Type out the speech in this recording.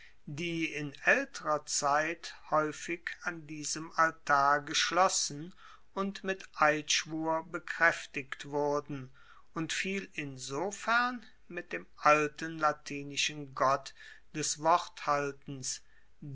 die in aelterer zeit haeufig an diesem altar geschlossen und mit eidschwur bekraeftigt wurden und fiel insofern mit dem alten latinischen gott des